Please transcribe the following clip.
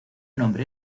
nombre